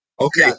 Okay